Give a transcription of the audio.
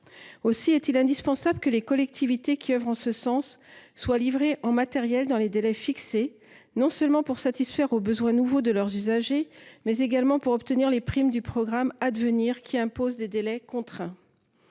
Il est donc indispensable que les collectivités qui œuvrent en ce sens soient livrées en matériel dans les délais fixés, non seulement pour répondre aux nouveaux besoins de leurs usagers, mais aussi pour bénéficier des primes du programme Advenir, lequel impose des délais contraints.